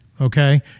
okay